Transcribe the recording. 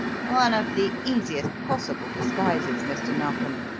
one of the easiest possible disguises, mr. narkom.